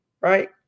right